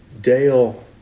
Dale